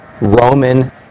Roman